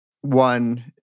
one